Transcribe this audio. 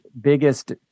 biggest